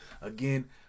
again